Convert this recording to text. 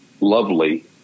lovely